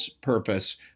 purpose